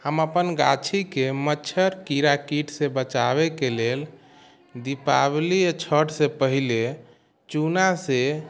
हमर अपन गाछीके मच्छर कीड़ा कीटसँ बचाबैके लेल दीपावली आओर छठसँ पहिले चूनासँ